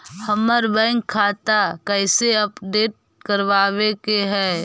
हमर बैंक खाता कैसे अपडेट करबाबे के है?